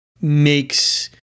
makes